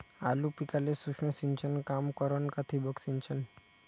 आलू पिकाले सूक्ष्म सिंचन काम करन का ठिबक सिंचन?